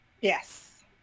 Yes